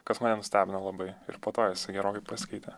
kas mane nustebino labai ir po to jisai gerokai pasikeitė